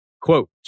Quote